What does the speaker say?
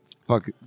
Fuck